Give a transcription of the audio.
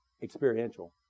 Experiential